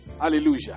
Hallelujah